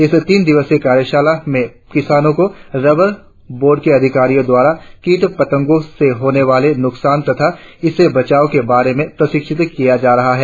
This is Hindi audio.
इस तीन दिवसीय कार्यशाला में किसानों को रबर बोर्ड की अधिकारियों द्वारा कीट पतंगो से होने वाले नुकसान तथा इसे बचाव के बारे में प्रशिक्षित किया जा रहा है